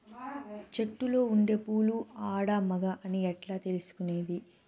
చెట్టులో ఉండే పూలు ఆడ, మగ అని ఎట్లా తెలుసుకునేది?